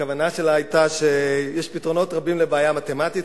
והכוונה שלה היתה שיש פתרונות רבים לבעיה מתמטית,